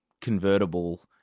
convertible